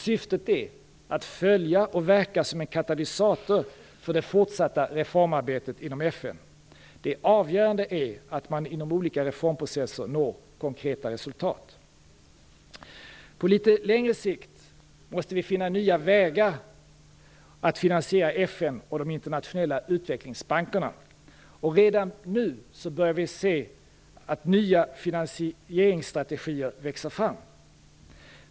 Syftet är att följa och verka som en katalysator för det fortsatta reformarbetet inom FN. Det avgörande är att man inom olika reformprocesser når konkreta resultat. På litet längre sikt måste vi finna nya vägar att finansiera FN och de internationella utvecklingsbankerna. Redan nu börjar vi se att nya finansieringsstrategier växer fram.